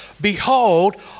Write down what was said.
Behold